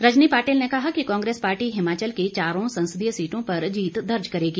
रजनी पाटिल ने कहा कि कांग्रेस पार्टी हिमाचल की चारों संसदीय सीटों पर जीत दर्ज करेगी